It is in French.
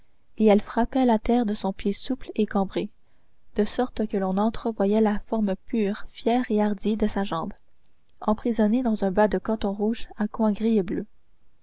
et elle frappait la terre de son pied souple et cambré de sorte que l'on entrevoyait la forme pure fière et hardie de sa jambe emprisonnée dans un bas de coton rouge à coins